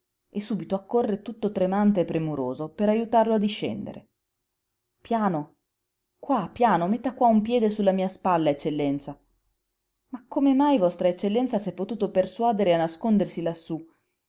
e subito accorre tutto tremante e premuroso per ajutarlo a discendere piano qua piano metta qua un piede su la mia spalla eccellenza ma come mai vostra eccellenza s'è potuto persuadere a nascondersi lassú